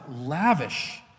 lavish